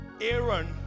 Aaron